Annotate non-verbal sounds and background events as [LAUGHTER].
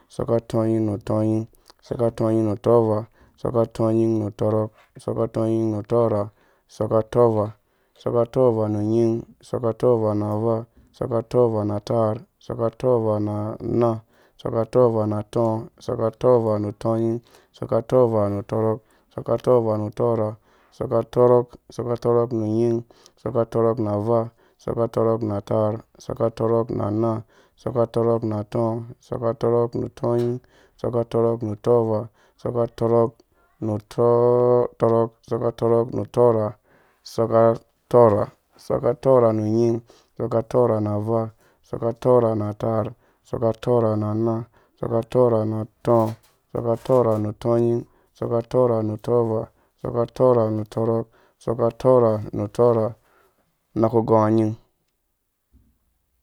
Isɔkka utũĩ nu utũũ, isɔkka nutuĩ na utɔɔva, isɔkka utuĩ nu utɔrhɔk, isɔkka utuĩ nu utɔɔrha, isɔkka utɔɔva, isɔkka utɔɔva na nying, isɔkka utɔɔva nu avaa, isɔkka utɔɔva nui ataar, isɔkka utɔɔvanu anaã, isɔkka utɔɔva nu atɔɔ̃, isɔkka utɔɔva nu utuĩ, isɔkka utɔɔva nu utɔrhok isɔkka utɔova nu utɔɔrha, isɔkka utɔrhok, isɔkka tɔrhoƙ nu nying, [UNINTELLIGIBLE] isɔkka torhok nu ataar, isɔkka tɔrhok nu anãã, isɔkka tɔrhɔk nu atɔɔ̃, isɔkka torok nu utuĩ, isɔkka tɔrok nu utɔɔva, isɔkka tɔrɔk nu utɔrɔk, isɔkka utɔɔrha nu avaa, isɔkka tɔɔ tɔɔrha, na ataar, isɔkka utɔrha nu anaã, isɔkka utɔɔrha nu atɔɔ̃, isɔkka utɔɔrha nu utuĩ, isɔkka utɔɔrha nu utɔɔva, isɔkka utɔɔrha nu tɔrok, isɔkka utɔɔrha nu utɔɔrha, una kugɔnga nying.